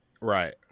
Right